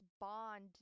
bond